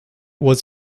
was